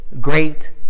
great